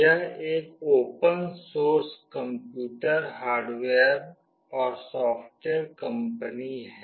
यह एक open source computer hardware और सॉफ्टवेयर कंपनी है